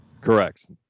Correct